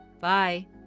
bye